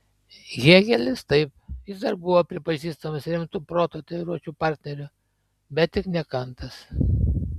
hėgelis taip jis dar buvo pripažįstamas rimtu proto treniruočių partneriu bet tik ne kantas